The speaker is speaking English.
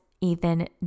Ethan